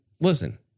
Listen